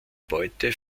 beute